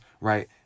right